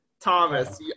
Thomas